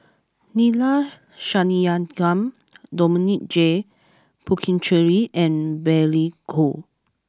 Neila Sathyalingam Dominic J Puthucheary and Billy Koh